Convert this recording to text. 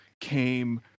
came